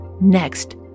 Next